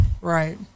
Right